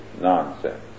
nonsense